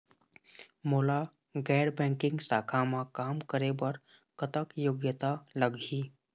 मोला गैर बैंकिंग शाखा मा काम करे बर कतक योग्यता लगही?